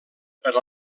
per